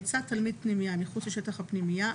יצא תלמיד פנימייה מחוץ לשטח הפנימייה,